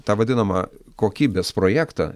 tą vadinamą kokybės projektą